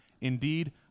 Indeed